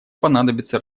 понадобится